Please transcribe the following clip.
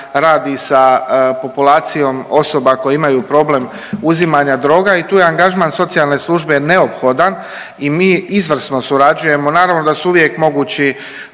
radi sa populacijom osoba koji imaju problem uzimanja droga i tu je angažman socijalne službe neophodan i mi izvrsno surađujemo, naravno da su uvijek mogući